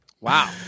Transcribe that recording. wow